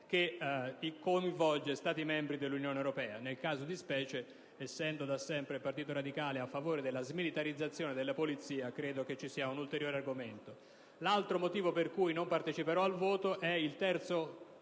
che coinvolge Stati membri dell'Unione europea. Nel caso di specie, essendo da sempre il Partito radicale a favore della smilitarizzazione della polizia credo ci sia un ulteriore argomento. L'altro motivo per cui non parteciperò al voto è il terzo